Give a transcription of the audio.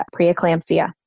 preeclampsia